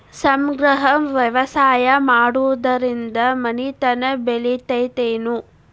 ಸಮಗ್ರ ವ್ಯವಸಾಯ ಮಾಡುದ್ರಿಂದ ಮನಿತನ ಬೇಳಿತೈತೇನು?